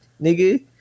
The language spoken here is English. nigga